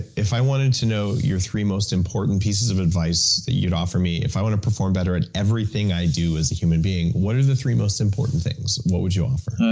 if i wanted to know your three most important pieces of advice that you'd offer me, if i wanted to perform better at everything i do as a human being, what are the three most important things? what would you offer?